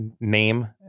name